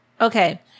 Okay